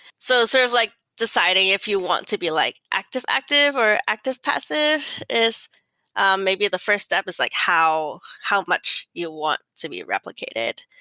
so sort of like deciding if you want to be like active-active, or active-passive. um maybe the fi rst step is like how how much you want to be replicated.